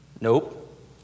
Nope